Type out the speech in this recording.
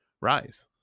rise